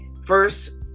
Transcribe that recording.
First